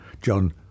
John